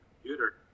computer